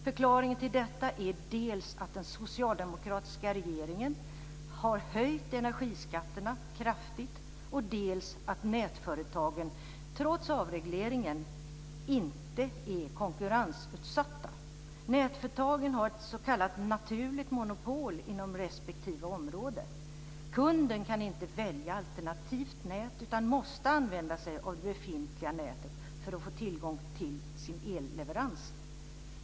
Förklaringen till detta är dels att den socialdemokratiska regeringen har höjt energiskatterna kraftigt, dels att nätföretagen, trots avregleringen, inte är konkurrensutsatta. Nätföretagen har ett s.k. naturligt monopol inom respektive område. Kunden kan inte välja alternativt nät utan måste använda sig av det befintliga nätet för att få tillgång till sin elleverans.